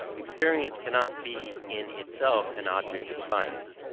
experience cannot be in itself an object of science,